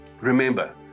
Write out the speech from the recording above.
remember